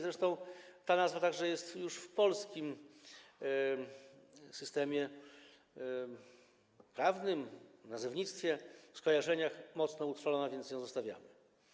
Zresztą ta nazwa także jest już w polskim systemie prawnym, w nazewnictwie, w skojarzeniach mocno utrwalona, więc ją zostawiamy.